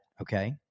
Okay